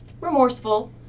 remorseful